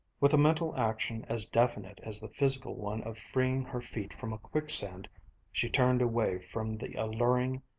with a mental action as definite as the physical one of freeing her feet from a quicksand she turned away from the alluring,